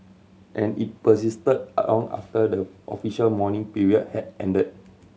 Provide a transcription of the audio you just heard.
and it persisted long after the official mourning period had ended